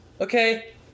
okay